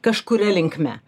kažkuria linkme